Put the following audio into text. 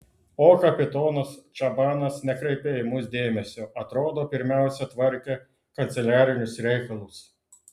o kapitonas čabanas nekreipė į mus dėmesio atrodo pirmiausia tvarkė kanceliarinius reikalus